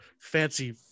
fancy